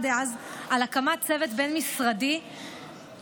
דאז על הקמת צוות בין-משרדי לבחינתה.